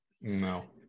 No